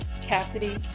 Cassidy